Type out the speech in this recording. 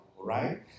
right